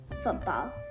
football